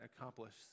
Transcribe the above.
accomplish